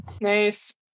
Nice